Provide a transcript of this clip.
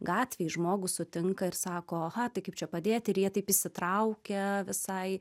gatvėj žmogų sutinka ir sako aha tai kaip čia padėti ir jie taip įsitraukia visai